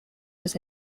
was